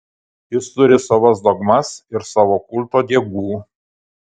jis turi savas dogmas ir savo kulto diegų